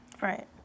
Right